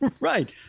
Right